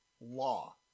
Law